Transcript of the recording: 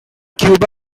cuba